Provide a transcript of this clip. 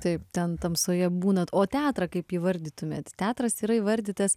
taip ten tamsoje būnat o teatrą kaip įvardytumėt teatras yra įvardytas